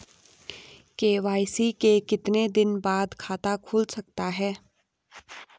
KYC के कितने दिन बाद खाता खुल सकता है?